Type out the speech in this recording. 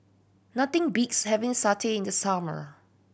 nothing beats having satay in the summer